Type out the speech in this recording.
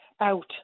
out